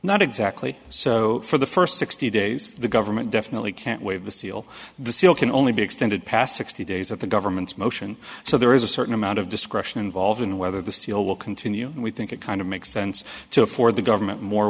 not exactly so for the first sixty days the government definitely can't waive the seal the seal can only be extended past sixty days of the government's motion so there is a certain amount of discretion involved in whether the seal will continue and we think it kind of makes sense to afford the government more